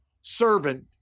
servant